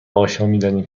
آشامیدنی